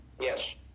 Yes